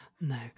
No